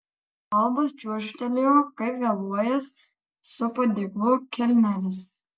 albas čiuožtelėjo kaip vėluojąs su padėklu kelneris